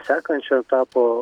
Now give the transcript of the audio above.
sekančio etapo